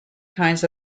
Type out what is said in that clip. kinds